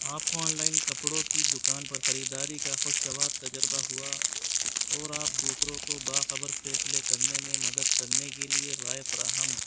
آپ کو online کپڑوں کی دکان پر خریداری کا خوشگوار تجربہ ہوا اور آپ دوسروں کو باخبر فیصلے کرنے میں مدد کرنے کے لیے رائے فراہم